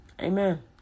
Amen